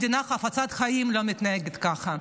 מדינה חפצת חיים לא מתנהגת ככה.